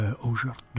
aujourd'hui